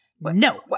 no